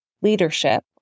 leadership